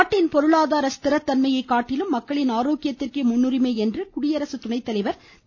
நாட்டின் பொருளாதார ஸ்திர தன்மையை காட்டிலும் மக்களின் ஆரோக்கியத்திற்கே முன்னுரிமை என்று குடியரசு துணைத்தலைவர் திரு